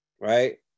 right